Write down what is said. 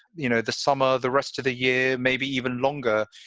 you know, the summer, the rest of the year, maybe even longer,